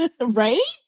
Right